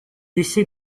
essaie